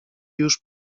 już